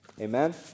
Amen